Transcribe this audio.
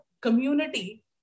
community